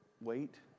wait